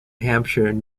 hampshire